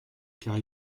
car